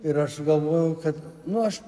ir aš galvojau kad nu aš